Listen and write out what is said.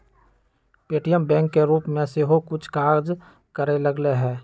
Paytm bank के रूप में सेहो कुछ काज करे लगलै ह